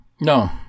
No